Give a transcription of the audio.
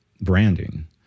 branding